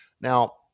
Now